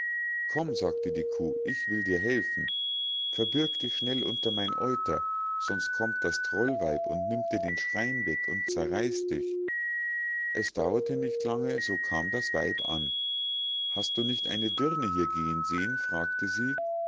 komm sagte die kuh ich will dir helfen verbirg dich schnell unter mein euter sonst kommt das trollweib und nimmt dir den schrein weg und zerreißt dich es dauerte nicht lange so kam das weib an hast du nicht eine dirne hier gehen sehen fragte sie